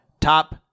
Top